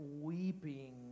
weeping